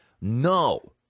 no